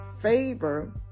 favor